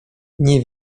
nie